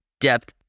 depth